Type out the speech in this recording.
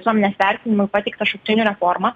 visuomenės vertinimui pateiktą šauktinių reformą